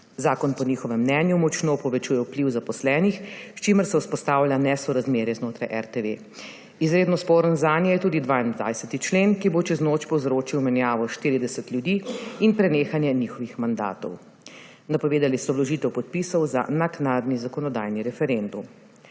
Zakon po njihovem mnenju močno povečuje vpliv zaposlenih, s čimer se vzpostavlja nesorazmerje znotraj RTV. Izredno sporen zanje je tudi 22. člen, ki bo čez noč povzročil menjavo 40 ljudi in prenehanje njihovih mandatov. Napovedali so vložitev podpisov za naknadni zakonodajni referendum.